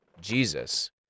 Jesus